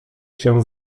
się